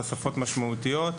תוספות משמעותיות.